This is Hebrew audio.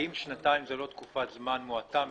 האם שנתיים זו לא תקופת זמן מועטה מדיי,